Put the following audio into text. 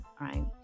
right